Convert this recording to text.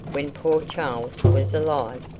when poor charles was alive.